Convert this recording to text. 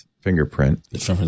fingerprint